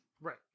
Right